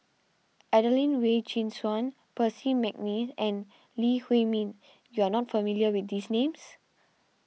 Adelene Wee Chin Suan Percy McNeice and Lee Huei Min you are not familiar with these names